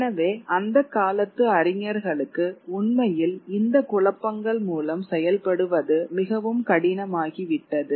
எனவே அந்தக் காலத்து அறிஞர்களுக்கு உண்மையில் இந்த குழப்பங்கள் மூலம் செயல்படுவது மிகவும் கடினமாகிவிட்டது